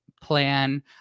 plan